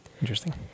Interesting